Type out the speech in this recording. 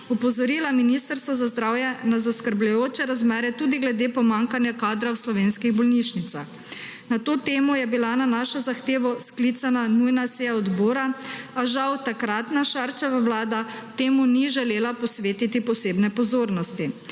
opozorila Ministrstvo za zdravje na zaskrbljujoče razmere tudi glede pomanjkanja kadra v slovenskih bolnišnicah. Na to temo je bila na našo zahtevo sklicana nujna seje odbora, a žal takratna Šarčeva vlada temu ni želela posvetiti posebne pozornosti.